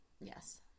Yes